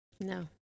No